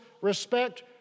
respect